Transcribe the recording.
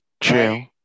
True